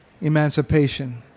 emancipation